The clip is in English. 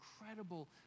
incredible